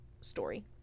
story